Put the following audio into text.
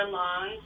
long